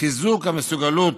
חיזוק המסוגלות